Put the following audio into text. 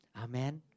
Amen